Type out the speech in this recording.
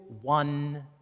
one